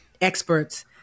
experts